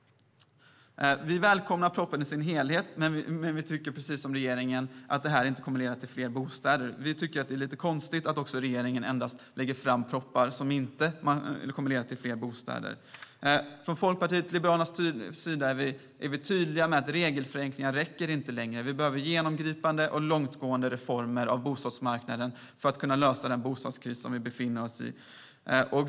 Vi välkomnar propositionen i sin helhet men menar, precis som regeringen, att den inte kommer att leda till fler bostäder. Vi tycker att det är konstigt att regeringen lägger fram propositioner som inte kommer att leda till fler bostäder. Vi i Folkpartiet liberalerna är tydliga med att regelförenklingar inte räcker. Vi behöver genomgripande och långtgående reformer på bostadsmarknaden för att kunna lösa den bostadskris vi befinner oss i.